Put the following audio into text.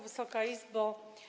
Wysoka Izbo!